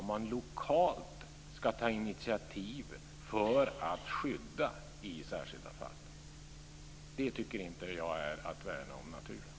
Om man lokalt ska ta initiativ för att skydda i särskilda fall tycker inte jag att det är att värna om naturen.